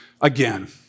Again